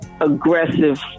aggressive